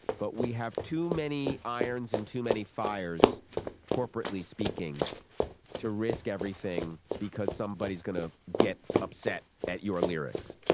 but we have too many irons and too many fires corporately speaking to risk everything because somebody is going to get upset at your lyrics